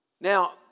Now